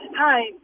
Hi